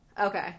Okay